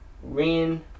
Rain